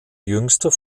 jüngster